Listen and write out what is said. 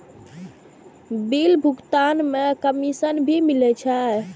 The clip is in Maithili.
बिल भुगतान में कमिशन भी मिले छै?